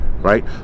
right